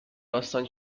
داستان